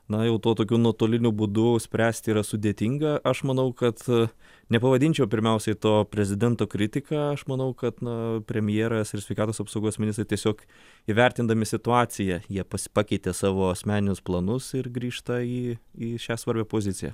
na jau tuo tokiu nuotoliniu būdu spręsti yra sudėtinga aš manau kad nepavadinčiau pirmiausiai to prezidento kritika aš manau kad na premjeras ir sveikatos apsaugos ministrai tiesiog įvertindami situaciją jie pakeitė savo asmeninius planus ir grįžta į į šią svarbią poziciją